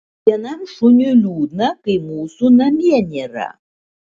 vienam šuniui liūdna kai mūsų namie nėra